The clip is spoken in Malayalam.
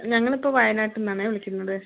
ഞങ്ങളിപ്പോൾ വായനാട്ടൂന്നാണ് വിളിക്കുന്നത്